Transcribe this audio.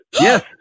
yes